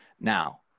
now